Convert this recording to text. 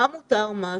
מה מותר ומה אסור.